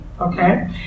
okay